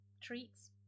treats